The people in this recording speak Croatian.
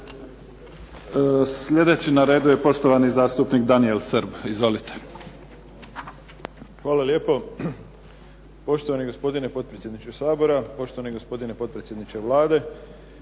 Slijedeći na redu je poštovani zastupnik Daniel Srb. Izvolite. **Srb, Daniel (HSP)** Hvala lijepo. Poštovani gospodine potpredsjedniče Sabora, poštovani gospodine potpredsjedniče Vlade.